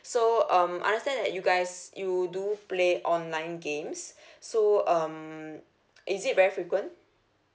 so um understand that you guys you do play online games so um is it very frequent